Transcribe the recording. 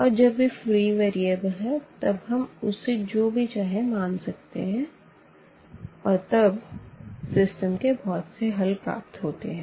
और जब भी फ्री वेरिएबल है तब हम उसे जो भी चाहे मान सकते हैं और तब सिस्टम के बहुत से हल प्राप्त होते है